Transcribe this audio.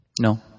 No